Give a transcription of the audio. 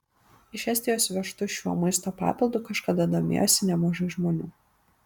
iš estijos vežtu šiuo maisto papildu kažkada domėjosi nemažai žmonių